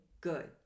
good